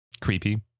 creepy